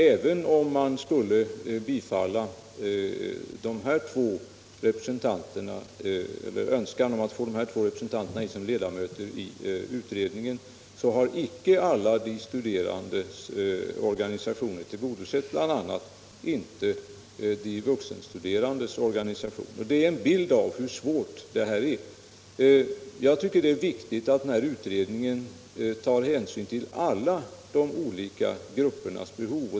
Även om man skulle bifalla önskan om att få in de här två representanterna som ledamöter i utredningen har inte alla de studerandes organisationer tillgodosetts, bl.a. inte de vuxenstuderandes organisationer. Det sagda ger en bild av hur svårt detta är. Jag tycker att det är viktigt att utredningen tar hänsyn till alla de här gruppernas behov.